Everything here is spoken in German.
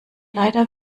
leider